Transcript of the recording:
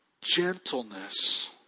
gentleness